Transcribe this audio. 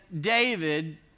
David